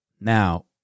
Now